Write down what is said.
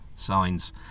signs